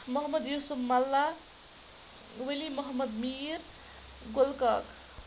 Mohammad Yusuf Mulla Wali Mohammad Mir Gula Kak